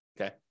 okay